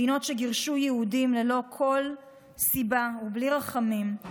מדינות שגירשו יהודים ללא כל סיבה ובלי רחמים.